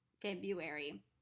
February